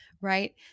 Right